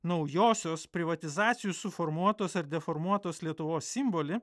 naujosios privatizacijų suformuotos ar deformuotos lietuvos simbolį